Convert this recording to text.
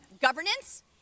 governance